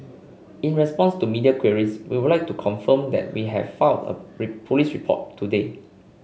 in response to media queries we would like to confirm that we have filed police report today